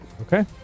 okay